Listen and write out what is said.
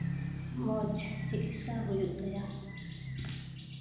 ᱢᱚᱡᱽ ᱪᱤᱠᱤᱛᱥᱟ ᱦᱩᱭᱩᱜ ᱛᱟᱭᱟ